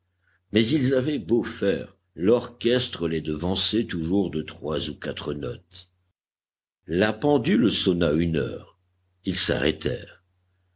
mais ils avaient beau faire l'orchestre les devançait toujours de trois ou quatre notes la pendule sonna une heure